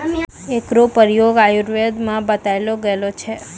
एकरो प्रयोग आयुर्वेद म बतैलो गेलो छै